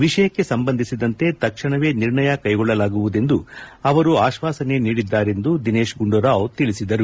ವಿಷಯಕ್ಕೆ ಸಂಬಂಧಿಸಿದಂತೆ ತಕ್ಷಣವೇ ನಿರ್ಣಯ ಕೈಗೊಳ್ಳಲಾಗುವುದೆಂದು ಅವರು ಆಶ್ವಾಸನೆ ನೀಡಿದ್ದಾರೆಂದು ದಿನೇಶ್ ಗುಂಡೂರಾವ್ ತಿಳಿಸಿದ್ದಾರೆ